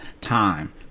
time